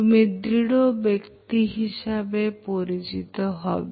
তুমি দৃঢ় ব্যক্তি ভাবে পরিচিত হবে